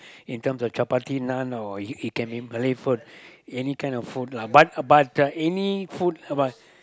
in terms of chapati naan or you you can eat Malay food any kind of food lah but but any food uh but